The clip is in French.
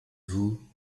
vous